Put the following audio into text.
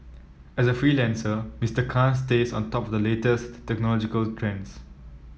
as a freelancer Mister Khan stays on top of the latest technological trends